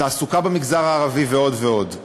תעסוקה במגזר הערבי ועוד ועוד.